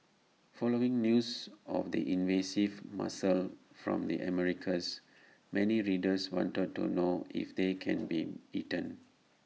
following news of the invasive mussel from the Americas many readers wanted to know if they can be eaten